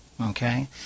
Okay